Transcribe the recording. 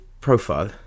profile